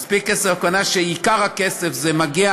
מספיק כסף, הכוונה שעיקר הכסף מגיע